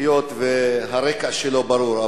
היות שהרקע שלו ברור.